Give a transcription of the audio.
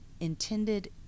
intended